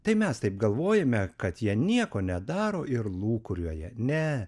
tai mes taip galvojame kad jie nieko nedaro ir lūkuriuoja ne